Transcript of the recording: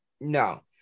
No